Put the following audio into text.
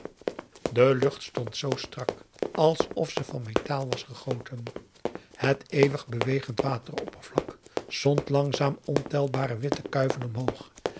de lucht stond zoo strak alsof ze van metaal was gegoten het eeuwigbewegend wateroppervlak zond langzaam ontelbare witte kuiven omhoog